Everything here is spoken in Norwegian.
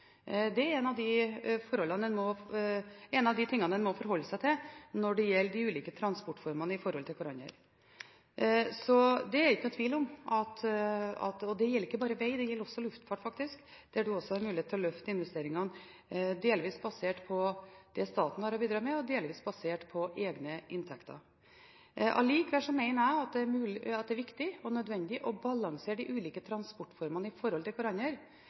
ulike transportformenes forhold til hverandre. Det er det ingen tvil om. Det gjelder ikke bare veg; det gjelder faktisk også luftfart, der en har mulighet til å løfte investeringene delvis basert på det staten har å bidra med, og delvis basert på egne inntekter. Allikevel mener jeg det er viktig og nødvendig å balansere de ulike transportformene i forhold til hverandre.